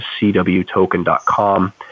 cwtoken.com